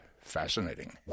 fascinating